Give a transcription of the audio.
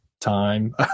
time